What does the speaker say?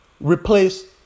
replace